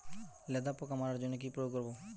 লেদা পোকা মারার জন্য কি প্রয়োগ করব?